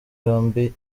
yombi